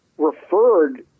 referred